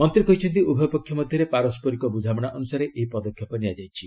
ମନ୍ତ୍ରୀ କହିଛନ୍ତି ଉଭୟ ପକ୍ଷ ମଧ୍ୟରେ ପାରସ୍କରିକ ବୁଝାମଣା ଅନୁସାରେ ଏହି ପଦକ୍ଷେପ ନିଆଯାଇଛି